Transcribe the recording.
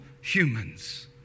humans